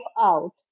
Out